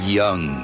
young